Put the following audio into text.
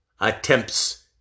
attempts